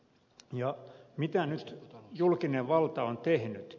ja mitä nyt julkinen valta on tehnyt